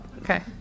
Okay